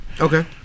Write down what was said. Okay